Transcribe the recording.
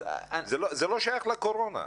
זה לא שייך לקורונה.